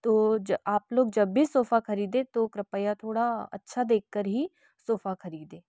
तो ज आप लोग जब भी सोफ़ा ख़रीदें तो कृपया थोड़ा अच्छा देख कर ही सोफ़ा ख़रीदें